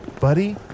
buddy